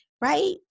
right